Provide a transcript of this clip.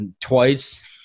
twice